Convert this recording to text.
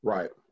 Right